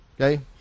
Okay